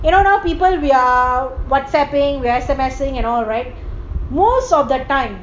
you know now people we are whatsapping we are s_m _s ing and all right most of the time